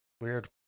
weird